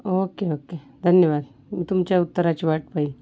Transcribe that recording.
okay okay धन्यवाद मी तुमच्या उत्तराची वाट पाहील